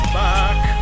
back